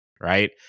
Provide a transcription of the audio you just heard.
right